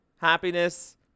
Happiness